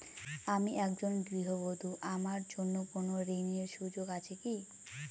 আমি একজন গৃহবধূ আমার জন্য কোন ঋণের সুযোগ আছে কি?